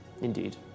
Indeed